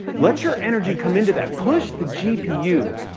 let your energy come into that. push the gpu.